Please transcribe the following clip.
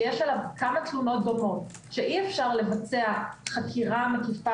שיש עליו כמה תלונו דומות שאי-אפשר לבצע חקירה מקיפה